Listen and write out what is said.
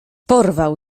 porwał